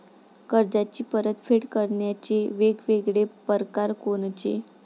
कर्जाची परतफेड करण्याचे वेगवेगळ परकार कोनचे?